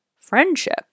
friendship